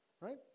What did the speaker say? right